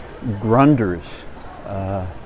Grunders